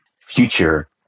future